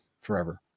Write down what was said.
forever